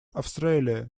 australia